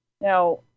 Now